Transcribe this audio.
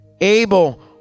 Abel